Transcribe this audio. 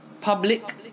public